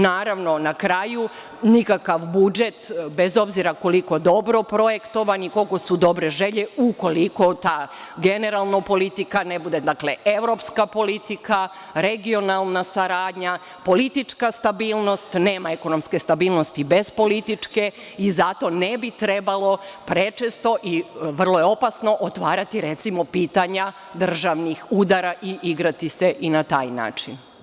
Naravno, na kraju, nikakav budžet, bez obzira koliko dobro projektovan i koliko su dobre želje, ukoliko generalno politika ne bude evropska politika, regionalna saradnja, politička stabilnost, nema ekonomske stabilnosti bez političke i zato ne bi trebalo prečesto i vrlo je opasno otvarati, recimo, pitanja državnih udara i igrati se i na taj način.